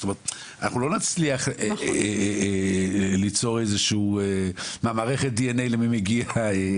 זאת אומרת אנחנו לא נצליח ליצור איזשהו מערכת DNA למי מגיע.